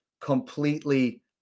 completely